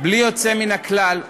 בלי יוצא מן הכלל,